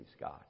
God